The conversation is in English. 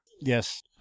Yes